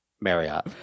Marriott